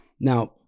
Now